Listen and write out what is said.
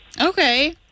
Okay